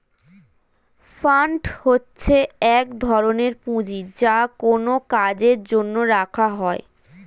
fund হচ্ছে এক ধরনের পুঁজি যা কোনো কাজের জন্য রাখা হয়